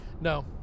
No